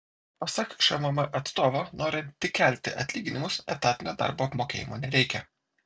pasak šmm atstovo norint tik kelti atlyginimus etatinio darbo apmokėjimo nereikia